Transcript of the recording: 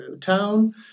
town